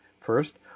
First